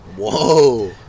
Whoa